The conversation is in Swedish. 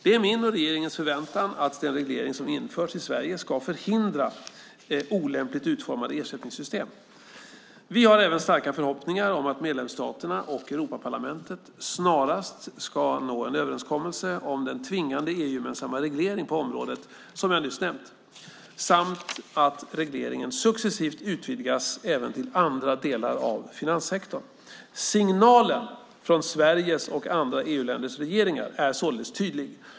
Det är min och regeringens förväntan att den reglering som införs i Sverige ska förhindra olämpligt utformade ersättningssystem. Vi har även starka förhoppningar om att medlemsstaterna och Europaparlamentet snarast ska nå en överenskommelse om den tvingande EU-gemensamma reglering på området som jag nyss nämnde samt att regleringen successivt utvidgas även till andra delar av finanssektorn. Signalen från Sveriges och andra EU-länders regeringar är således tydlig.